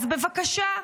אז בבקשה,